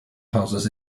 houses